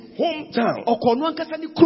hometown